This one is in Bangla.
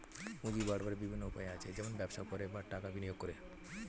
পুঁজি বাড়াবার বিভিন্ন উপায় আছে, যেমন ব্যবসা করে, বা টাকা বিনিয়োগ করে